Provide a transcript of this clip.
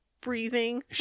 breathing